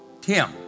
Tim